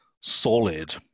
solid